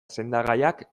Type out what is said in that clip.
sendagaiak